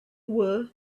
were